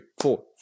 four